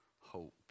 hope